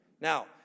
Now